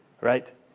Right